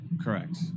Correct